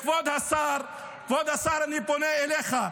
כבוד השר, כבוד השר, אני פונה אליך.